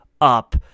up